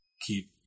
keep